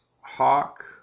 Hawk